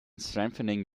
strengthening